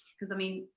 because i mean,